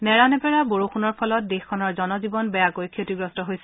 নেৰানেপেৰা বৰষণৰ ফলত দেশখনৰ জনজীৱন বেয়াকৈ ক্ষতিগ্ৰস্ত হৈছে